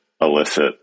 illicit